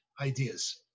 ideas